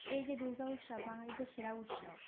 এই যে দুর্গা উৎসব বাঙালিদের সেরা উৎসব